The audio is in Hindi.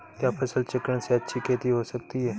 क्या फसल चक्रण से अच्छी खेती हो सकती है?